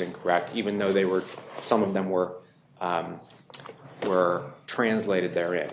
incorrect even though they were some of them work were translated there in